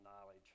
knowledge